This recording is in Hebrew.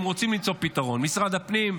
אם רוצים למצוא פתרון: משרד הפנים,